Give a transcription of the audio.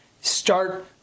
start